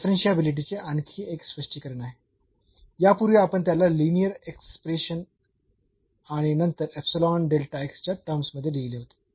तर हे डिफरन्शियाबिलिटीचे आणखी एक स्पष्टीकरण आहे यापूर्वी आपण त्याला लिनीअर एक्सप्रेशन आणि नंतर च्या टर्म्स मध्ये लिहिले होते